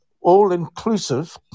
all-inclusive